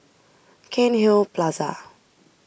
Cairnhill Plaza